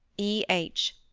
e. h.